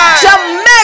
Jamaica